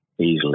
easily